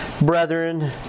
brethren